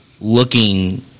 looking